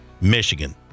Michigan